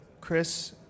Chris